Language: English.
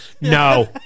No